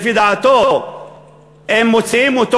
לפי דעתו אם מוציאים אותו,